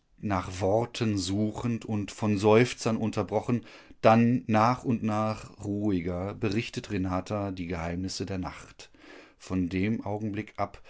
nach worten suchend und von seufzern unterbrochen dann nach und nach ruhiger berichtet renata die geheimnisse der nacht von dem augenblick ab